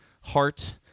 heart